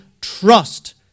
trust